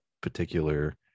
particular